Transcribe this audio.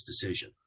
decision